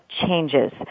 changes